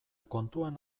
kontuan